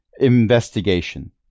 Investigation